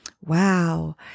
wow